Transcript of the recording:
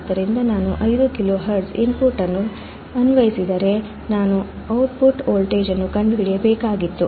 ಆದ್ದರಿಂದ ನಾನು 5 ಕಿಲೋಹೆರ್ಟ್ಜ್ನ ಇನ್ಪುಟ್ ಅನ್ನು ಅನ್ವಯಿಸಿದರೆ ನಾನು output ವೋಲ್ಟೇಜ್ ಅನ್ನು ಕಂಡುಹಿಡಿಯಬೇಕಾಗಿತ್ತು